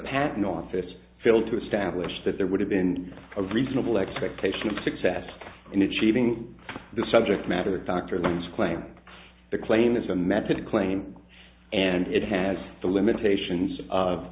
patent office failed to establish that there would have been a reasonable expectation of success in achieving the subject matter the doctor has claimed the claim is a method a claim and it has the limitations of